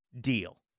deal